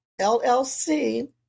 LLC